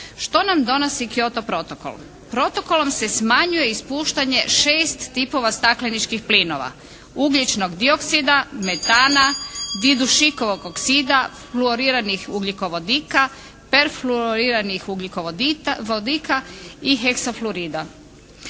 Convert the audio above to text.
Što nam donosi Kyoto protokol? Protokolom se smanjuje ispuštanje šest tipova stakleničkih pliva: ugljičnog dioksida, metana, didušikovog oksida, fluoriranih ugljikovodika, perfluoroiranih vodika i heksafluorida.